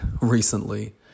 recently